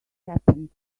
happened